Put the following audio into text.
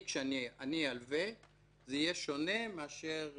כשאני אלווה, זה יהיה שונה מאשר